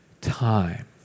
time